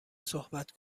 صحبت